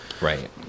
right